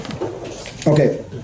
Okay